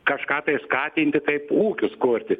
kažką tai skatinti kaip ūkius kurti